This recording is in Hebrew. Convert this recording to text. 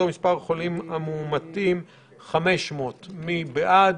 "מספר החולים המאומתים 500". מי בעד?